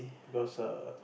because err